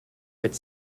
its